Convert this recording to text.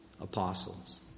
apostles